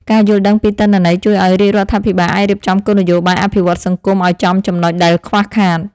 ការយល់ដឹងពីទិន្នន័យជួយឱ្យរាជរដ្ឋាភិបាលអាចរៀបចំគោលនយោបាយអភិវឌ្ឍន៍សង្គមឱ្យចំចំណុចដែលខ្វះខាត។